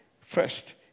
First